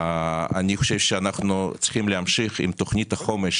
אני חושב שאנחנו צריכים להמשיך עם תוכנית החימוש